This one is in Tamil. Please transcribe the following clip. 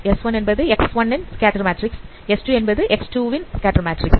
S1 என்பது X1 ன் ஸ்கேட்டர் மேட்ரிக்ஸ் S2 என்பது X2 ன் ஸ்கேட்டர் மேட்ரிக்ஸ்